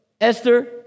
Esther